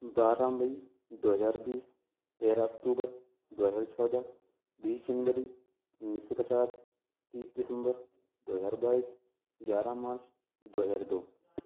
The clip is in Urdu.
بارہ مئی دو ہزار بیس تیرہ اکتوبر دو ہزار چودہ بیس جنوری انیس سو پچاس بیس دسمبر دو ہزار بائیس گیارہ مارچ دو ہزار دو